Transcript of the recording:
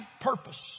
purpose